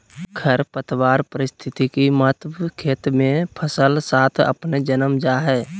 खरपतवार पारिस्थितिक महत्व खेत मे फसल साथ अपने जन्म जा हइ